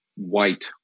white